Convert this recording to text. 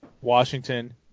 Washington